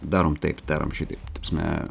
darom taip darom šitaip ta prasme